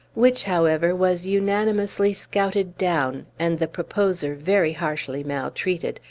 which, however, was unanimously scouted down, and the proposer very harshly maltreated,